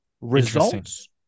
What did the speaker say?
Results